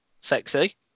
Sexy